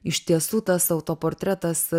iš tiesų tas autoportretas